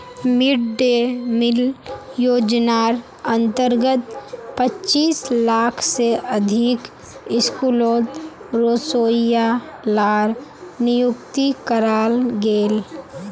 mid day meal योज्नार अंतर्गत पच्चीस लाख से अधिक स्कूलोत रोसोइया लार नियुक्ति कराल गेल